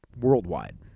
worldwide